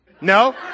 No